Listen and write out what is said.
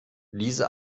diese